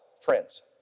friends